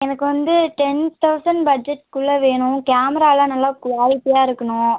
எனக்கு வந்து ten thousand பஜ்ஜட்குள்ளே வேணும் கேமராலாம் நல்லா குவாலிட்டியாக இருக்கணும்